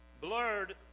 Blurred